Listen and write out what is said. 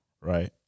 right